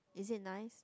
is it nice